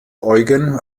eugen